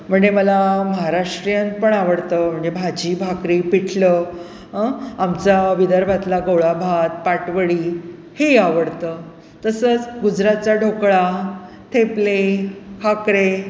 म्हणजे मला महाराष्ट्रीयन पण आवडतं म्हणजे भाजी भाकरी पिठलं अं आमचा विदर्भातला गोळा भात पाटवडी हेही आवडतं तसंच गुजरातचा ढोकळा थेपले हक्रे